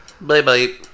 Bye-bye